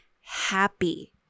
happy